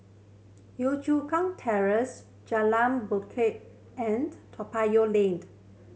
Yio Chu Kang Terrace Jalan Bingka and Toa Payoh Lane